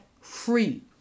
free